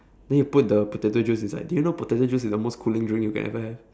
then you put the potato juice inside do you know potato juice is the most cooling drink you can ever have